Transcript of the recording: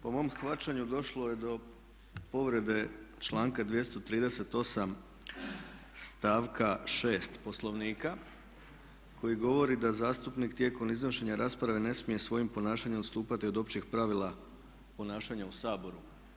Po mom shvaćanju došlo je do povrede članka 238. stavka 6. Poslovnika koji govori da zastupnik tijekom iznošenja rasprave ne smije svojim ponašanjem odstupati od općih pravila ponašanja u Saboru.